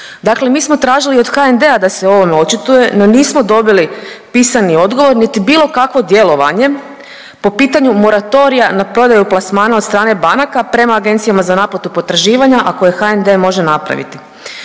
Dakle mi smo tražili od HND-a da se o ovome očituje, no nismo dobili pisani odgovor, niti bilo kakvo djelovanje po pitanju moratorija na prodaju plasmana od strane banaka prema Agencijama za naplatu potraživanja, a koje HND može napraviti.